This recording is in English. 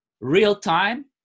real-time